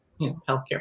healthcare